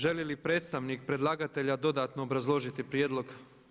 Želi li predstavnik predlagatelja dodatno obrazložiti prijedlog?